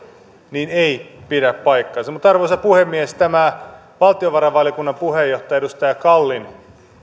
ei pidä paikkaansa arvoisa puhemies tämä valtiovarainvaliokunnan puheenjohtajan edustaja kallin